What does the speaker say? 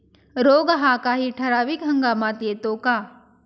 रोग हा काही ठराविक हंगामात येतो का?